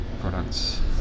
products